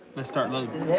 let's start loading.